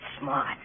Smart